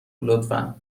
لطفا